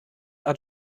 are